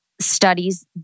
studies